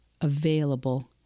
available